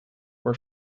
were